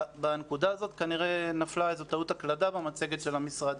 בנקודה הזאת כנראה נפלה טעות הקלדה במצגת של המשרד.